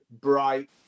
bright